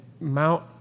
Mount